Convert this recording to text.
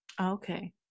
okay